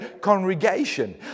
congregation